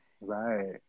right